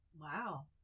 Wow